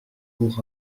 pour